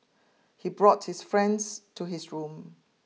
he brought his friends to his room